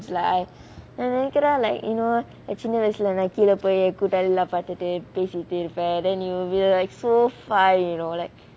it's like நான் நினைக்கிறேன்:naan ninaikkiraen like you know சின்ன வயசுல நான் கீழ போய்ட்டு கூட்டம் எல்லாம் பாத்துட்டு பொய் பேசிட்டு இருப்பான்:chinna vayasula naan keela poyitu kootam ellam paathutu poi paesitu irupaan then you will be like so far you know